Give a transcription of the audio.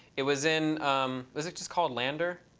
it was in was it just called lander?